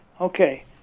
Okay